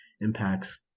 impacts